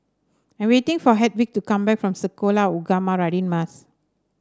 I'm waiting for Hedwig to come back from Sekolah Ugama Radin Mas